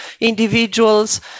individuals